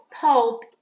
Pulp